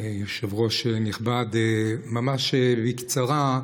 יושב-ראש נכבד, ממש בקצרה: